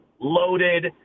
loaded